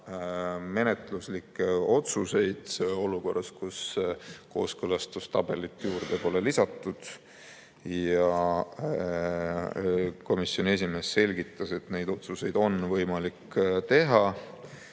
menetluslikke otsuseid olukorras, kus kooskõlastustabelit pole [eelnõu] juurde lisatud. Komisjoni esimees selgitas, et neid otsuseid on võimalik teha.